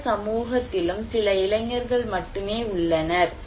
எந்த சமூகத்திலும் சில இளைஞர்கள் மட்டுமே உள்ளனர்